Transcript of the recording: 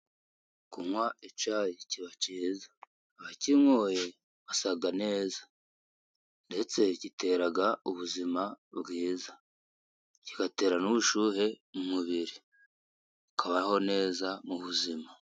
Kunywa icyayi kiba cyiza . Abakinyoye basa neza, ndetse gitera ubuzima bwiza kigatera n'ubushyuhe mubiri ,ukabaho neza mu buzima.